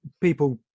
people